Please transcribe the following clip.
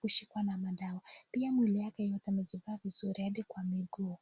kushikwa na madawa. Pia mwili yake yote amejivaa vizuri hadi kwa miguu.